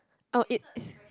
oh it is